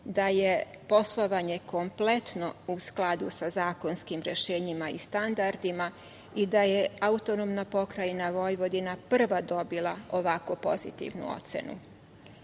da je poslovanje kompletno u skladu sa zakonskim rešenjima i standardima i da je AP Vojvodina prva dobila ovako pozitivnu